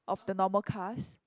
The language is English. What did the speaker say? of the normal cars